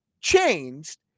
changed